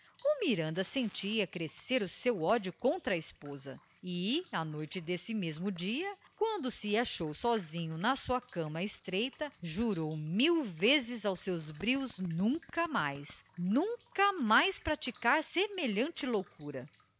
o miranda sentia crescer o seu ódio contra a esposa e à noite desse mesmo dia quando se achou sozinho na sua cama estreita jurou mil vezes aos seus brios nunca mais nunca mais praticar semelhante loucura